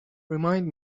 remind